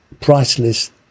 priceless